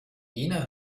jener